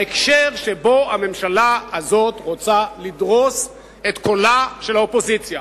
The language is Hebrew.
בהקשר שבו הממשלה הזאת רוצה לדרוס את קולה של האופוזיציה